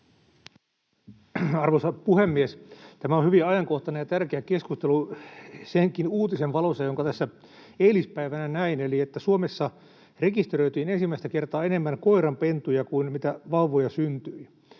Arvoisa puhemies! Tämä on hyvin ajankohtainen ja tärkeä keskustelu senkin uutisen valossa, jonka tässä eilispäivänä näin, että Suomessa rekisteröitiin ensimmäistä kertaa enemmän koiranpentuja kuin mitä vauvoja syntyi.